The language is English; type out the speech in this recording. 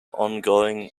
ongoing